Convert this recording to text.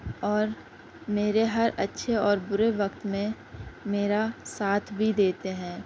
اور میرے ہر اچھے اور برے وقت میں میرا ساتھ بھی دیتے ہیں